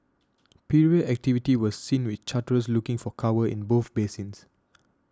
period activity was seen with charterers looking for cover in both basins